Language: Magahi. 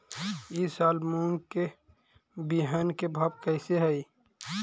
ई साल मूंग के बिहन के भाव कैसे हई?